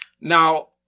Now